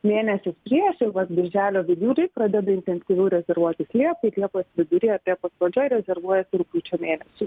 mėnesis prieš jau vat birželio vidurį pradeda intensyviau rezervuotis liepai ir liepos vidury pradžioj rezervuojasi rugpjūčio mėnesį